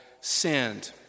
sinned